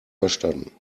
verstanden